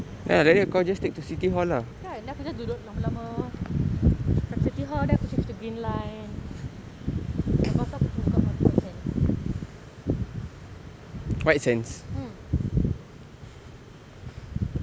kan then aku just duduk lama lama from city hall then aku change to green line and lepas tu aku tunggu dekat tempat white sands mm